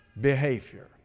behavior